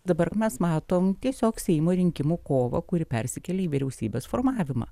dabar mes matom tiesiog seimo rinkimų kovą kuri persikėlė į vyriausybės formavimą